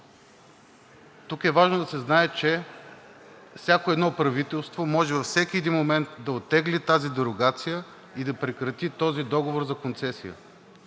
Тук е важно да се знае, че всяко едно правителство може във всеки един момент да оттегли тази дерогация и да прекрати този договор за концесия.